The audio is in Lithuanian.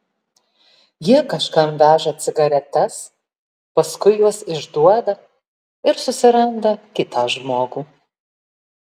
jie kažkam veža cigaretes paskui juos išduoda ir susiranda kitą žmogų